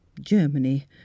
Germany